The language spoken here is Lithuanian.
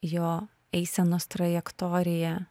jo eisenos trajektorija